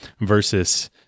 versus